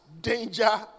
danger